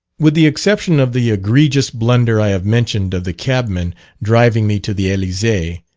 with the exception of the egregious blunder i have mentioned of the cabman driving me to the elysee,